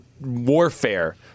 warfare